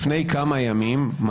לפני כמה ימים,